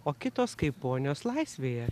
o kitos kaip ponios laisvėje